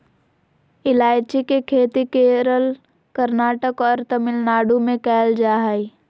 ईलायची के खेती केरल, कर्नाटक और तमिलनाडु में कैल जा हइ